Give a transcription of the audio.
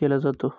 केला जातो